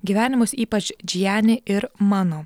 gyvenimus ypač džijani ir mano